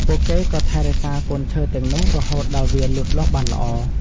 ពួកគេក៏ថែរក្សាកូនឈើទាំងនោះរហូតដល់វាលូតលាស់បានល្អ។